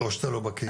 או שאתה לא בקיא?